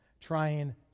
trying